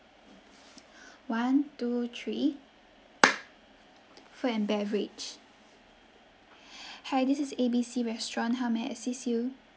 one two three food and beverage hi this is A B C restaurant how may I assist you